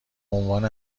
عنوان